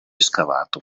scavato